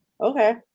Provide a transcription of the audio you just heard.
okay